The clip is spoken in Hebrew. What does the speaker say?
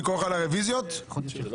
אולי זה בוחן מציאות בכלל הבעיה,